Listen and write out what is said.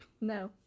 No